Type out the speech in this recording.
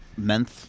Menth